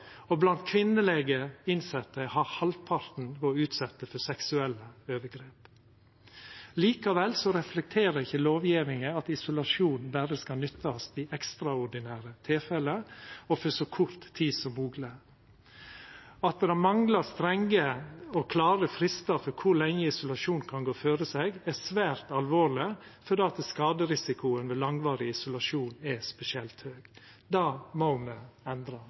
Blant kvinnelege innsette hadde halvparten vore utsette for seksuelle overgrep. Likevel reflekterer ikkje lovgjevinga at isolasjon berre skal nyttast i ekstraordinære tilfelle og for så kort tid som mogleg. At det manglar strenge og klare fristar for kor lenge isolasjon kan gå føre seg, er svært alvorleg, fordi skaderisikoen ved langvarig isolasjon er spesielt høg. Det må me endra.